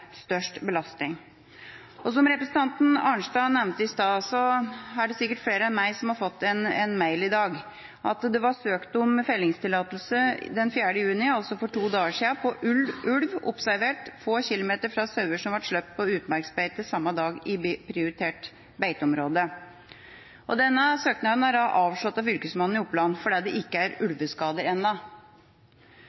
størst belastning. Så til det representanten Arnstad nevnte i stad: Det er sikkert flere enn meg som har fått en mail i dag om at det var søkt om fellingstillatelse på ulv den 4. juni, altså for to dager siden, på ulv observert få kilometer fra sauer som ble sluppet på utmarksbeite samme dag, i prioritert beiteområde. Denne søknaden ble avslått av Fylkesmannen i Oppland fordi det ikke er